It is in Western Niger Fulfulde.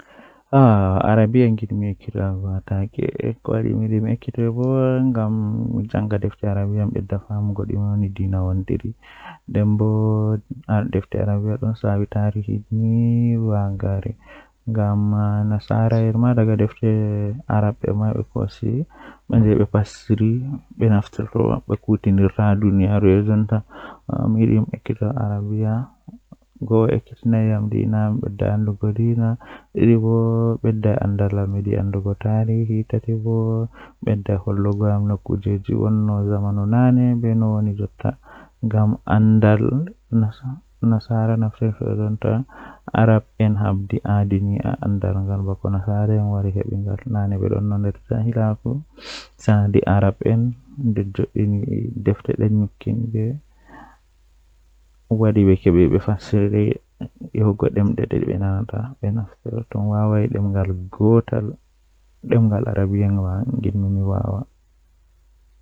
Ɗemngal jei mi yiɗi ekitaago haa rayuwa am kanjum woni arabre kowadi bo ngam arabre do ɗum ɗemngal diina on kala ko shaafi diina pat tomi nani mi Faaman nden mi yecca himɓe nda ko diina vee Hadow huunde nde.